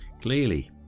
Clearly